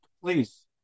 please